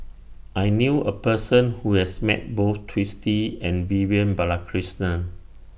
I knew A Person Who has Met Both Twisstii and Vivian Balakrishnan